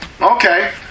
okay